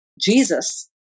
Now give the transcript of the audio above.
Jesus